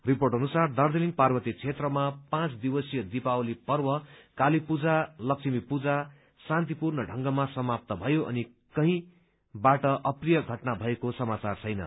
report अनुसार दार्जीलिङ पार्वत्य क्षेत्रमा पाँच दिवसीय दीपावली पर्व क्रालीपूजा लक्ष्मी पूजा शान्तिपूर्ण ढंगमा समाप्त भयो अनि कही कतैबाट अप्रिय घटना भएको समाचार छैन